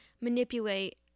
manipulate